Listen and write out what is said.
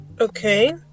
Okay